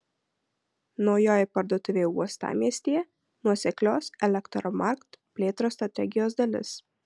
naujoji parduotuvė uostamiestyje nuoseklios elektromarkt plėtros strategijos dalis